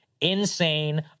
insane